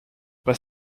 pas